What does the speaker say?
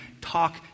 talk